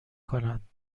کنند